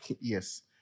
yes